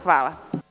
Hvala.